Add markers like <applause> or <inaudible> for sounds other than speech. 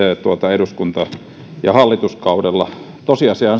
eduskunta ja hallituskaudella tosiasia on <unintelligible>